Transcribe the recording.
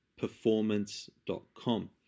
performance.com